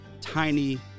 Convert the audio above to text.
tiny